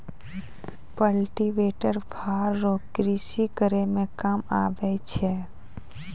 cultivator फार रो कृषि करै मे काम आबै छै